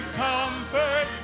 comfort